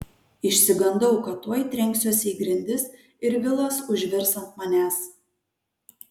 išsigandau kad tuoj trenksiuosi į grindis ir vilas užvirs ant manęs